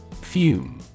Fume